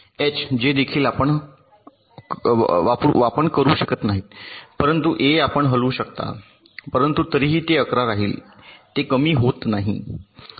H J देखील आपण करू शकत नाही परंतु A आपण हलवू शकता परंतु तरीही ते 11 राहील ते कमी होत नाही